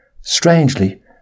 strangely